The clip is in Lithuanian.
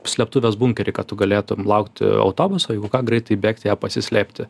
slėptuvės bunkeriai kad tu galėtum laukti autobuso jeigu ką greitai bėgti į ją pasislėpti